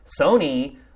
Sony